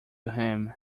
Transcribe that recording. him